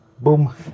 boom